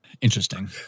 Interesting